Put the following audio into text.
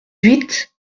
huit